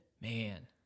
Man